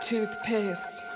Toothpaste